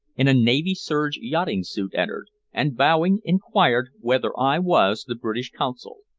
in a navy serge yachting suit, entered, and bowing, enquired whether i was the british consul.